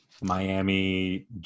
Miami